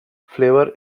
flavor